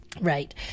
Right